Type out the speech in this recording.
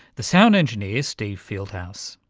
the sound engineer steve fieldhouse.